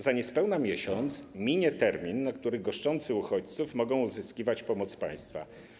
Za niespełna miesiąc minie termin, do którego goszczący uchodźców mogą uzyskiwać pomoc państwa.